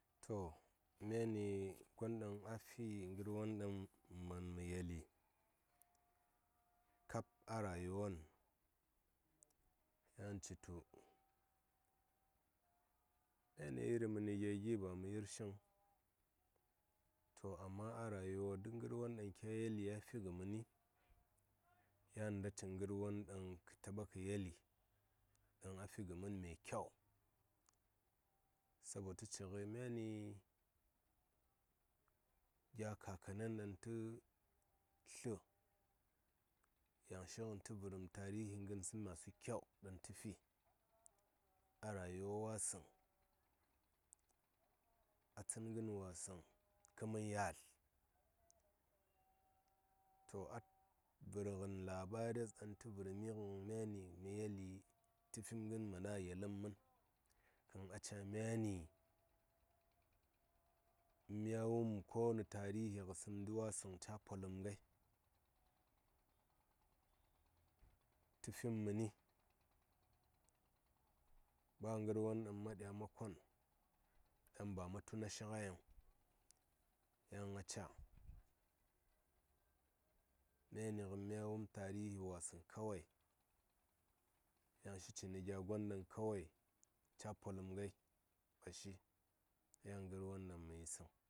To myani gon ɗaŋ a fi ngər won ɗaŋ mə man mə yeli kab a rayuwan yan citu yan nə iri məni gya gi ba mə yir shiŋ to amma a rayuwa duk mgər won ɗaŋ kya yeli a fi ngə məni yan cini ngər won ɗaŋ kə taɓa kə yeli ɗaŋ a fi mən me kyau sabo tə ci ngəi myani gya kakanen ɗaŋ tə tlə yaŋ shi ngən tə vərəm tarihi ngənsə masu kyau ɗaŋ tə fi a rayuwa wasəŋ kə mən yalt to a vər ngən labares ɗaŋ tə vərmi ngən mə yeli tə fim ngən man a yeləm mən yan a ca myani ko in mya wum tarihi kə ndwatsə caa poləm ngai tə fim məni ba ngər won ɗan ma ɗya ma kon ɗaŋ ba ma tuna shi nga yiŋ yan ngən a caa myani ngən mya wum tarihi wasəŋ kawai yaŋ shi cini gya gon ɗaŋ kawai caa poləm ngai ɓashi yan ngən gər won ɗaŋ mə yisəŋ.